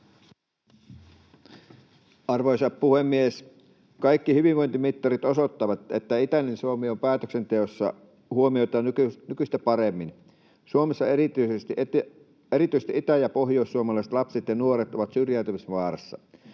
Arvoisa puhemies! Kaikki hyvinvointimittarit osoittavat, että itäinen Suomi on päätöksenteossa huomioitava nykyistä paremmin. Suomessa erityisesti itä- ja pohjoissuomalaiset lapset ja nuoret ovat syrjäytymisvaarassa.